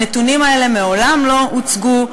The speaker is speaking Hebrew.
הנתונים האלה מעולם לא הוצגו,